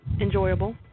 enjoyable